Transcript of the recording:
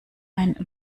ein